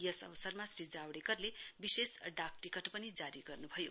यस अवसरमा श्री जावडेकरले विशेष डाक टिकट पनि जारी गर्न्भयो